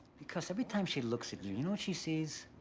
because every time she looks at you, you know what she sees?